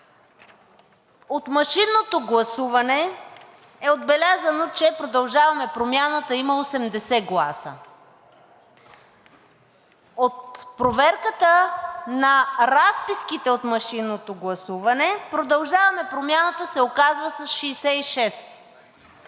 От машинното гласуване е отбелязано, че „Продължаваме Промяната“ има 80 гласа. От проверката на разписките от машинното гласуване „Продължаваме Промяната“ се оказва с 66.